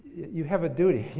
you have a duty.